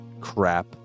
crap